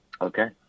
Okay